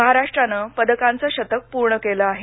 महाराष्ट्रानं पदकांचं शतक पूर्ण केलं आहे